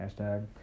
Hashtag